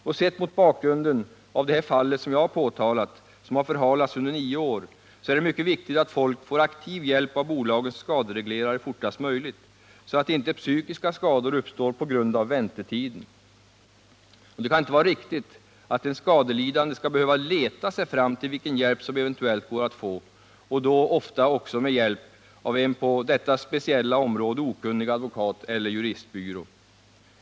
Mot bakgrund av bl.a. det fall som jag har påtalat och som har förhalats under nio år är det mycket viktigt att understryka, att folk måste få aktiv hjälp av bolagens skadereglerare fortast möjligt, så att inte psykiska skador uppstår på grund av väntetidens längd. Det kan inte heller vara riktigt att en skadelidande skall behöva leta sig fram till vilken hjälp som eventuellt går att få och då ofta också med hjälp av en på detta speciella område okunnig advokat eller juristbyrå.